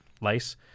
Lice